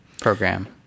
program